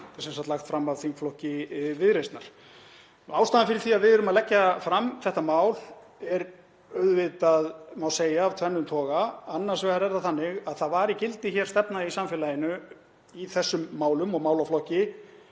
sem sagt lagt fram af þingflokki Viðreisnar. Ástæðan fyrir því að við erum að leggja fram þetta mál er, má segja, af tvennum toga. Annars vegar var í gildi stefna í samfélaginu í þessum málum og málaflokki